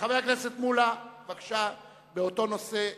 חבר הכנסת שלמה מולה, בבקשה, באותו נושא.